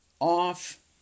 off